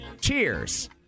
Cheers